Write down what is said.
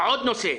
עוד נושא: